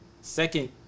second